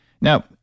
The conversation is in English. Now